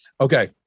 Okay